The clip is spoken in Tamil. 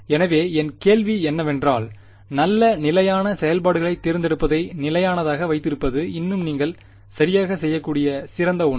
எனவே என் கேள்வி என்னவென்றால் நல்ல நிலையான செயல்பாடுகளைத் தேர்ந்தெடுப்பதை நிலையானதாக வைத்திருப்பது இன்னும் நீங்கள் சரியாகச் செய்யக்கூடிய சிறந்த ஒன்று